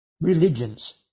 religions